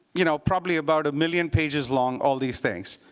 you know, probably about a million pages long all these things.